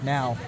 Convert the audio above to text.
Now